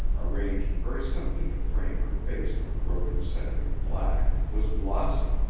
arranged very simply to frame her face in a broken setting of black, was glossy,